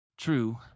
true